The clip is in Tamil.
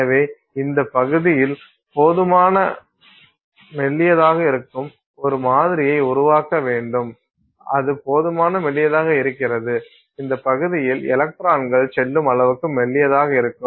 எனவே இந்த பகுதியில்போதுமான மெல்லியதாக இருக்கும் ஒரு மாதிரியை உருவாக்க வேண்டும் அது போதுமான மெல்லியதாக இருக்கிறது இந்த பகுதியில் எலக்ட்ரான்கள் செல்லும் அளவுக்கு மெல்லியதாக இருக்கும்